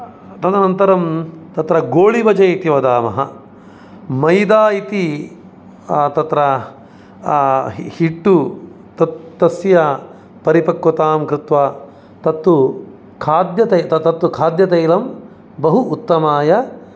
तदनन्तरं तत्र गोलिभजे इति वदामः मैदा इति तत्र हिट्टु तत् तस्य परिपक्वतां कृत्वा तत्तु खाद्यतैल तत्तु खाद्यतैलं बहु उत्तमाय